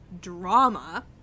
drama